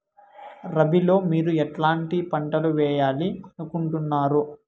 రబిలో మీరు ఎట్లాంటి పంటలు వేయాలి అనుకుంటున్నారు?